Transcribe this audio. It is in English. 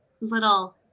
little